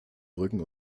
brücken